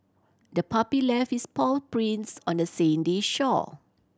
the puppy left its paw prints on the sandy shore